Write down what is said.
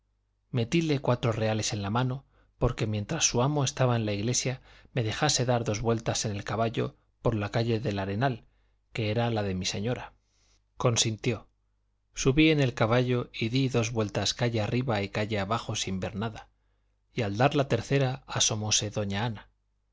metíle cuatro reales en la mano porque mientras su amo estaba en la iglesia me dejase dar dos vueltas en el caballo por la calle del arenal que era la de mi señora consintió subí en el caballo y di dos vueltas calle arriba y calle abajo sin ver nada y al dar la tercera asomóse doña ana